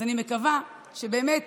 אני מקווה שבאמת